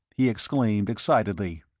he exclaimed, excitedly.